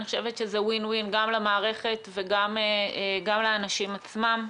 אני חושבת שזה וין-וין גם למערכת וגם לאנשים עצמם.